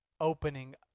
opening